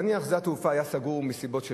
נניח ששדה התעופה היה סגור מסיבות של